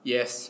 Yes